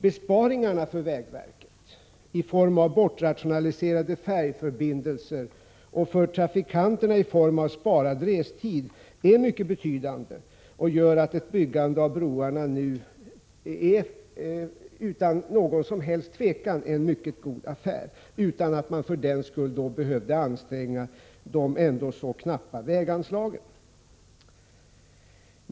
Besparingarna för vägverket i form av bortrationaliserade färjeförbindelser och för trafikanter 83 na i form av sparad restid är mycket betydande och gör att ett byggande av broarna nu utan något som helst tvivel är en mycket god affär, utan att man för den skull behövde anstränga de ändå så knappa väganslagen.